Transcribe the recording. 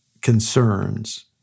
concerns